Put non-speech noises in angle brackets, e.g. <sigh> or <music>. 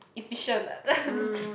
efficient <laughs>